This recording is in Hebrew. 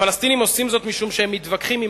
הפלסטינים עושים זאת משום שהם מתווכחים עם